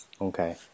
Okay